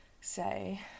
say